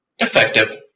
Effective